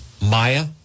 Maya